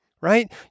right